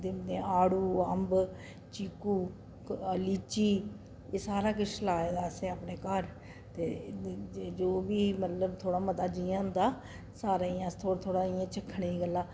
दिन्ने आड़ू अम्ब चीकू लीची एह् सारा किश लाए दा असें अपने घर ते ज जो बी मतलब थोह्ड़ा मता जि'यां होंदा सारें ई अस ओह् थोह्ड़ा थोह्ड़ा इ'यां चक्खने ई गल्ला